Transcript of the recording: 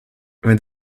wenn